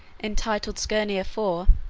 entitled skirnir for,